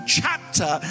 chapter